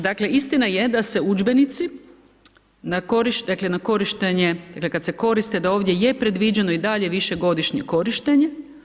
Dakle, istina je da se udžbenici na korištenje, dakle kad se koriste da je ovdje predviđeno i dalje više godišnje korištenje.